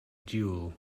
dual